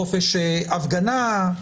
חופש הפגנה,